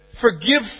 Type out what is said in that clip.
forgive